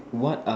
what